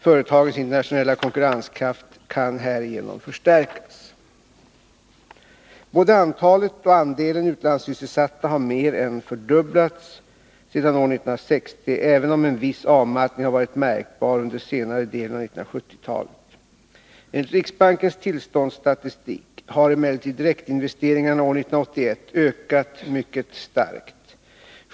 Företagens internationella konkurrenskraft kan härigenom förstärkas. Både antalet och andelen utlandssysselsatta har mer än fördubblats sedan år 1960, även om en viss avmattning har varit märkbar under senare delen av 1970-talet. Enligt riksbankens tillståndsstatistik har emellertid direktinvesteringarna år 1981 ökat mycket starkt.